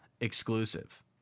exclusive